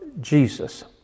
Jesus